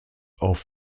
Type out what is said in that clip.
auf